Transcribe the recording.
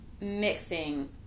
mixing